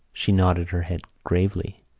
she nodded her head gravely.